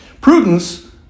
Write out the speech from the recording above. Prudence